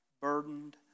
burdened